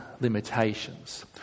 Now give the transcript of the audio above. limitations